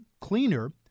cleaner